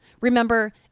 Remember